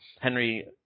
Henry